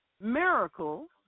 miracles